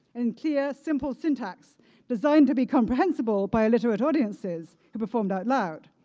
and clear simple syntax designed to be comprehensible by illiterate audiences and performed out loud.